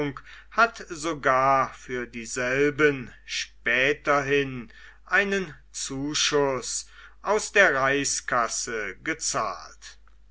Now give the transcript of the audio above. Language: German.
hat sogar für dieselben späterhin einen zuschuß aus der reichskasse gezahlt